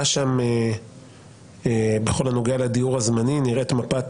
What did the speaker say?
שם בכל הנוגע לדיור הזמני נראית מפת